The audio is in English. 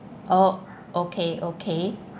oh okay okay